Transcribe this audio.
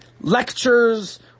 lectures